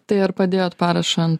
tai ar padėjot parašą ant